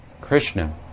Krishna